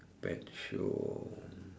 pet show